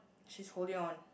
she's holding on